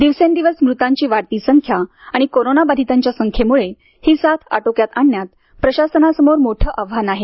दिवसेंदिवस मृत्यूंची वाढती संख्या आणि कोरोनाबाधितांच्या संख्येमुळे ही साथ आटोक्यात आणण्यात प्रशासनासमोर मोठं आव्हान आहे